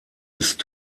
ist